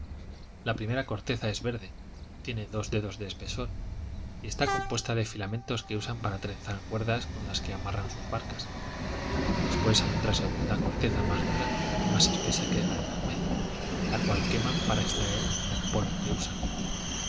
la primera corteza es verde tiene dos dedos de espesor y está compuesta de filamentos que usan para trenzar cuerdas con las que amarran sus barcas después hay otra segunda corteza más dura y más espesa que la de la nuez la cual queman para extraer un polvo que usan